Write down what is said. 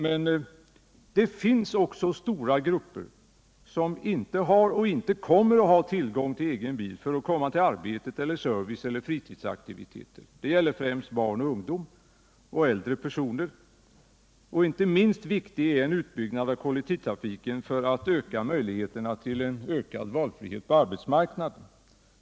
Men det finns också stora grupper människor som inte har eller som inte kommer att ha tillgång till egen bil för att komma till arbetet eller till service eller fritidsaktiviteter. Detta gäller främst barn och ungdom samt äldre personer. Inte minst viktig är utbyggnaden av kollektivtrafiken för att öka möjligheterna till valfrihet på arbetsmarknaden.